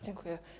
Dziękuję.